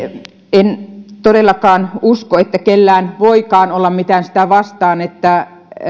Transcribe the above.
en todellakaan usko että kellään voikaan olla mitään sitä vastaan että